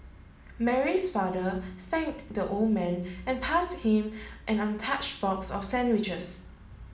Mary's father thanked the old man and passed him an untouched box of sandwiches